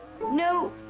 No